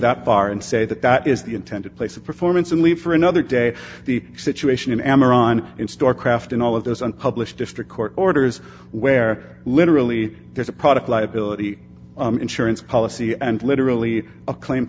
that far and say that that is the intended place of performance and leave for another day the situation in amazon in star craft and all of those unpublished district court orders where literally there's a product liability insurance policy and literally a claim